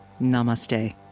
namaste